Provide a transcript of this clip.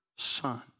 Son